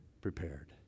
prepared